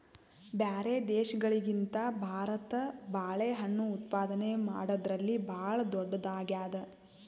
ಬ್ಯಾರೆ ದೇಶಗಳಿಗಿಂತ ಭಾರತ ಬಾಳೆಹಣ್ಣು ಉತ್ಪಾದನೆ ಮಾಡದ್ರಲ್ಲಿ ಭಾಳ್ ಧೊಡ್ಡದಾಗ್ಯಾದ